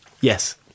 Yes